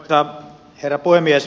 arvoisa herra puhemies